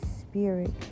spirit